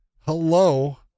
hello